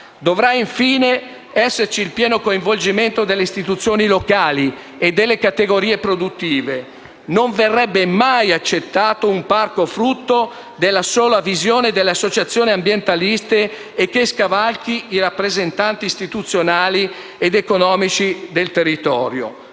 Dovrà, infine, esserci il pieno coinvolgimento delle istituzioni locali e delle categorie produttive. Non verrebbe mai accettato un parco frutto della sola visione delle associazioni ambientaliste e che scavalchi i rappresentanti istituzionali ed economici del territorio.